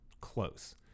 close